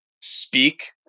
speak